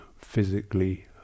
physically